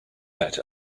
that